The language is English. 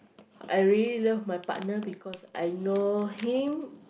I really love my partner because I know him